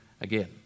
again